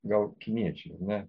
gal kiniečiai ar ne